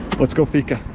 let's go fika